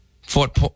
Fort